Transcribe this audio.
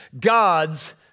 God's